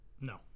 No